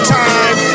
time